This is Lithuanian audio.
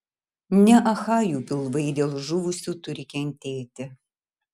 ne achajų pilvai dėl žuvusių turi kentėti